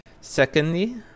Secondly